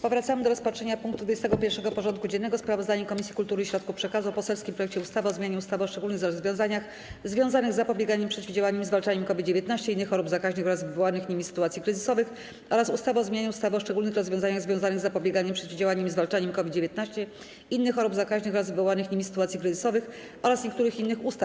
Powracamy do rozpatrzenia punktu 21. porządku dziennego: Sprawozdanie Komisji Kultury i Środków Przekazu o poselskim projekcie ustawy o zmianie ustawy o szczególnych rozwiązaniach związanych z zapobieganiem, przeciwdziałaniem i zwalczaniem COVID-19, innych chorób zakaźnych oraz wywołanych nimi sytuacji kryzysowych oraz ustawy o zmianie ustawy o szczególnych rozwiązaniach związanych z zapobieganiem, przeciwdziałaniem i zwalczaniem COVID-19, innych chorób zakaźnych oraz wywołanych nimi sytuacji kryzysowych oraz niektórych innych ustaw.